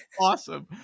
awesome